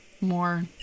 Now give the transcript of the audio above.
more